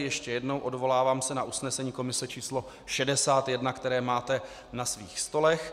Ještě jednou se odvolávám na usnesení komise číslo 61, které máte na svých stolech.